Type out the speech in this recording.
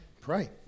pray